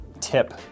tip